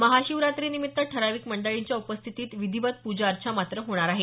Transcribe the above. महाशिवरात्रीनिमित्त ठराविक मंडळींच्या उपस्थितीत विधिवत पूजाअर्चा मात्र होणार आहेत